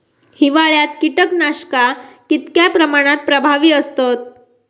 हिवाळ्यात कीटकनाशका कीतक्या प्रमाणात प्रभावी असतत?